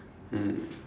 mm